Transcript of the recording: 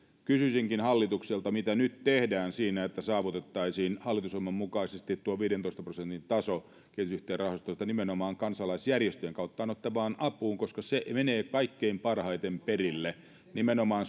kysyisinkin hallitukselta mitä nyt tehdään siinä että saavutettaisiin hallitusohjelman mukaisesti tuo viidentoista prosentin taso kehitysyhteistyörahastosta nimenomaan kansalaisjärjestöjen kautta anottavaan apuun koska se menee kaikkein parhaiten perille nimenomaan